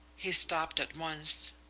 he stopped at once.